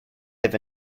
live